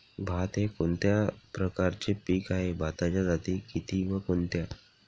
भात हे कोणत्या प्रकारचे पीक आहे? भाताच्या जाती किती व कोणत्या?